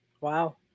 Wow